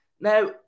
Now